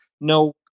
no